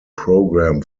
program